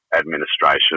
administration